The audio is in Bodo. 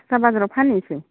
दस्रा बाजाराव फानहैनोसै